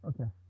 Okay